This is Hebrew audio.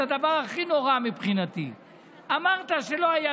אמרת את הדבר הכי נורא מבחינתי,